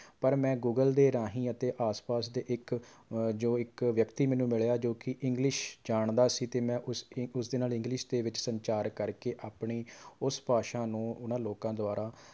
ਪਰ ਮੈਂ ਗੁਗਲ ਦੇ ਰਾਹੀਂ ਅਤੇ ਆਸ ਪਾਸ ਦੇ ਇੱਕ ਜੋ ਇੱਕ ਵਿਅਕਤੀ ਮੈਨੂੰ ਮਿਲਿਆ ਜੋ ਕਿ ਇੰਗਲਿਸ਼ ਜਾਣਦਾ ਸੀ ਅਤੇ ਮੈਂ ਉਸ ਏ ਉਸਦੇ ਨਾਲ ਇੰਗਲਿਸ਼ ਦੇ ਵਿੱਚ ਸੰਚਾਰ ਕਰਕੇ ਆਪਣੀ ਉਸ ਭਾਸ਼ਾ ਨੂੰ ਉਹਨਾਂ ਲੋਕਾਂ ਦੁਆਰਾ